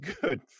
good